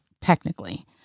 technically